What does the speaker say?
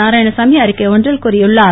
நாராயணசாமி அறிக்கை ஒன்றில் கூறியுள்ளார்